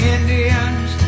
Indians